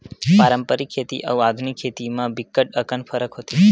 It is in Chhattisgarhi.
पारंपरिक खेती अउ आधुनिक खेती म बिकट अकन फरक होथे